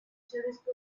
telescope